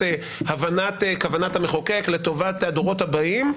הבנת כוונת המחוקק לטובת הדורות הבאים,